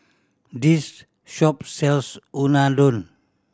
this shop sells Unadon